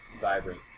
vibrant